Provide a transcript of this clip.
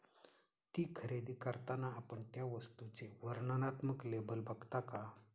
ती खरेदी करताना आपण त्या वस्तूचे वर्णनात्मक लेबल बघता का?